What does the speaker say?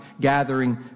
gathering